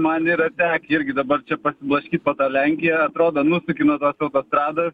man yra tekę irgi dabar čia blaškyt po tą lenkiją atrodo nusuki nuo tos autostrado